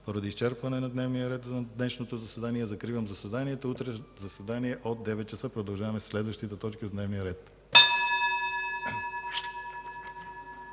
изчерпване на дневния ред на днешното заседание закривам заседанието. Утре заседание от 9,00 ч., продължаваме със следващите точки от дневния ред.